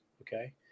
okay